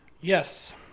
Yes